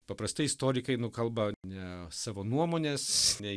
paprastai istorikai nu kalba ne savo nuomones ne